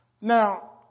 Now